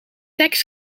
tekst